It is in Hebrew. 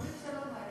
שלום, הם